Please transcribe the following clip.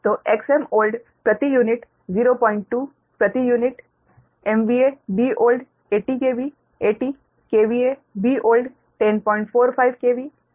तो Xmold प्रति unit 02 प्रति unit Bold 80KV 80 Bold 1045 KV Bnew 100 है